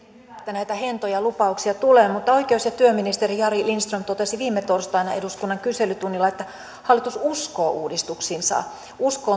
näitä hentoja lupauksia tulee mutta oikeus ja työministeri jari lindström totesi viime torstaina eduskunnan kyselytunnilla että hallitus uskoo uudistuksiinsa usko